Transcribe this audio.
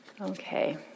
Okay